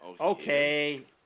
Okay